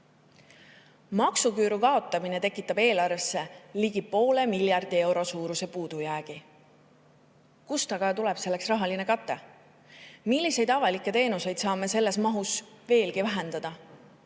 Maksuküüru kaotamine tekitab eelarvesse ligi poole miljardi euro suuruse puudujäägi. Kust aga tuleb selleks rahaline kate? Milliseid avalikke teenuseid saame sellises mahus veelgi vähendada?